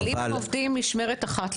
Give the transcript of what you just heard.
אבל אם הם עובדים משמרת אחת,